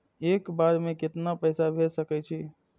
एक बार में केतना पैसा भेज सके छी?